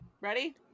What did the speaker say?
ready